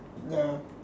ya